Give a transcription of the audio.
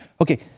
Okay